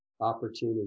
opportunity